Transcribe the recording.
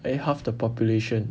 eh half the population